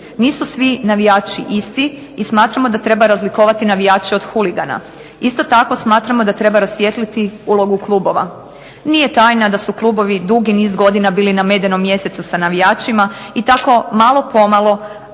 Nisu svi navijači isti, i smatramo da treba razlikovati navijače od huligana. Isto tako smatramo da treba rasvijetliti ulogu klubova. Nije tajna da su klubovi dugi niz godina bili na medenom mjesecu sa navijačima, i tako malo pomalo kao kada